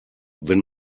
wenn